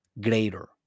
Greater